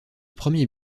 premier